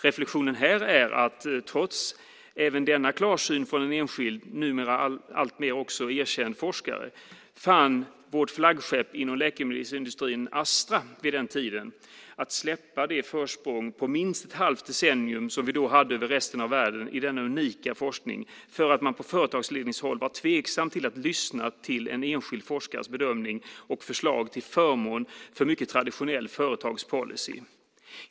Reflexionen här är att det trots även denna klarsyn från en enskild och numera också alltmer erkänd forskare fann vårt flaggskepp inom läkemedelsindustrin vid den tiden Astra att det skulle släppa det försprång på minst ett halvt decennium som vi då hade mot resten av världen i denna unika forskning. Man var på företagsledningshåll tveksam till att lyssna till en enskild forskares bedömning och förslag och agerade till förmån för mycket traditionell företagspolicy.